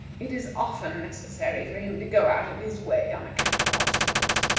it is often necessary for him to go out of his way on account of obstacles.